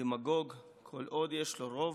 "הדמגוג, כל עוד יש לו רוב,